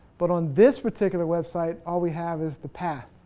but, on this particular website all we have is the path.